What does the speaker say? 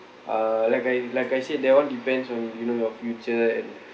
uh like I like I said that [one] depends on you know your future and